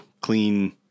clean